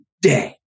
day